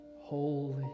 holy